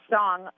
song